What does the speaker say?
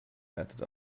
härtet